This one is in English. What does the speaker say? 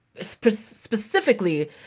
specifically